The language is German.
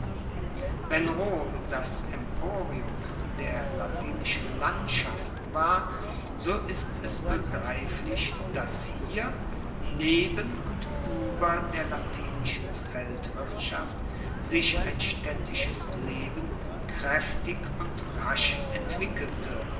wenn rom das emporium der latinischen landschaften war so ist es begreiflich dass hier neben und ueber der latinischen feldwirtschaft sich ein staedtisches leben kraeftig und rasch entwickelte